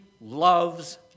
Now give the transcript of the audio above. loves